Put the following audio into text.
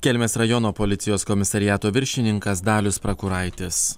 kelmės rajono policijos komisariato viršininkas dalius prakuraitis